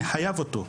אני חייב אותו.